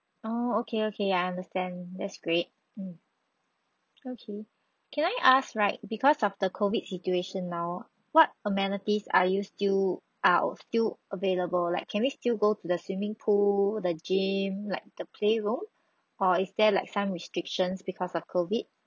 oh okay okay I understand that's great mm okay can I ask right because of the COVID situation now what amenities are you still are still available like can we still go to the swimming pool the gym like the play room or is there like some restrictions because of COVID